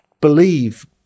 believe